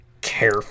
care